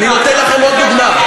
אני נותן לכם עוד דוגמה.